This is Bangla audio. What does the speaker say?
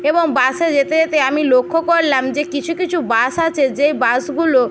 এবং বাসে যেতে যেতে আমি লক্ষ্য করলাম যে কিছু কিছু বাস আছে যেই বাসগুলো